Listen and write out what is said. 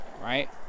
right